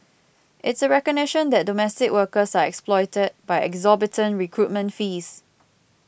it's a recognition that domestic workers are exploited by exorbitant recruitment fees